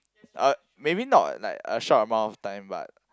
uh maybe not in like a short amount of time but